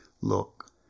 look